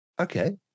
okay